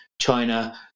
China –